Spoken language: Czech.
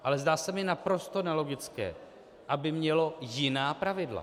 Ale zdá se mi naprosto nelogické, aby mělo jiná pravidla.